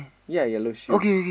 ya yellow shoes